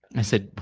i said,